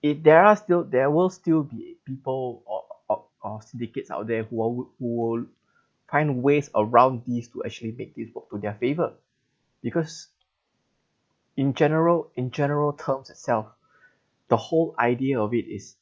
if there are still there will still be people or or or syndicates out there who are who'll find ways around these to actually make this work to their favor because in general in general terms as itself the whole idea of it is